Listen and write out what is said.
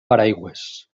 paraigües